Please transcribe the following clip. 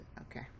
okay